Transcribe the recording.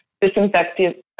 Disinfectant